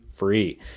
Free